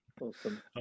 Awesome